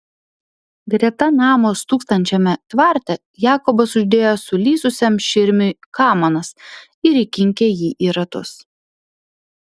greta namo stūksančiame tvarte jakobas uždėjo sulysusiam širmiui kamanas ir įkinkė jį į ratus